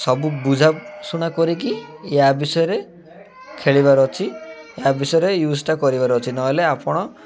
ସବୁ ବୁଝାଶୁଣା କରିକି ୟା ବିଷୟରେ ଖେଳିବାର ଅଛି ୟା ବିଷୟରେ ୟୁଜ୍ଟା କରିବାର ଅଛି ନହେଲେ ଆପଣ